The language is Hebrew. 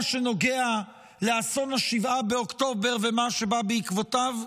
שנוגע לאסון 7 באוקטובר ומה שבא בעקבותיו?